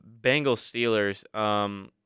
Bengals-Steelers